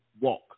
walk